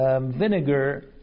Vinegar